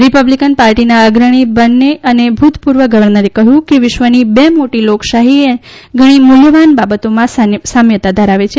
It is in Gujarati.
રીપબ્લીકન પાર્ટીના અગ્રણી અને ભૂતપૂર્વ ગવર્નરે કહ્યું કે વિશ્વની બે મોટી લોકશાહી ઘણી મૂલ્યવાન બાબતોમાં સામ્યતા ધરાવે છે